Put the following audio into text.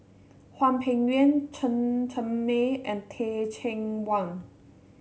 Hwang Peng Yuan Chen Cheng Mei and Teh Cheang Wan